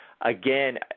again